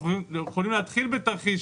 אתם יכולים להתחיל בתרחיש